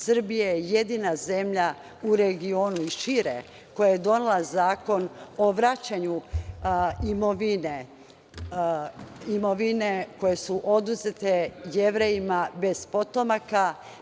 Srbija je jedina zemlja u regionu i šire, koja je donela Zakon o vraćanju imovine koje su oduzete Jevrejima bez potomaka.